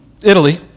Italy